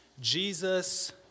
Jesus